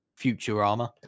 Futurama